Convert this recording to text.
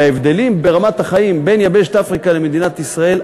בהבדלים ברמת החיים בין יבשת אפריקה למדינת ישראל,